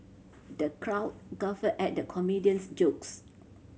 the crowd guffawed at the comedian's jokes